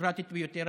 הדמוקרטית ביותר,